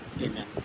amen